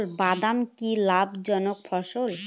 বাদাম কি লাভ জনক ফসল?